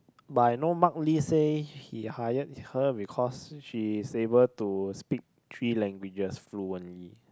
but I know mark-lee say he hired her because she is able to speak three languages fluently